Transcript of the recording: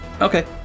Okay